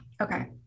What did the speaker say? Okay